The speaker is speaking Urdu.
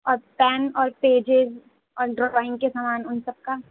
اور پین اور پیجز اور ڈرائنگ کے سامان ان سب کا